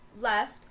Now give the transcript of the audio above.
left